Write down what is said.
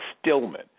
Stillman